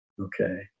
okay